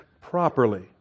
properly